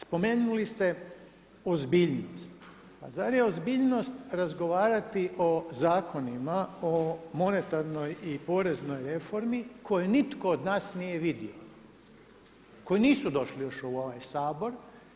Spomenuli ste ozbiljnost, a zar je ozbiljnost razgovarati o zakonima, o monetarnoj i poreznoj reformi koju nitko od nas nije vidio, koje nisu došle još u ovaj Sabor.